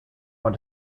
want